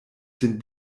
den